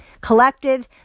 collected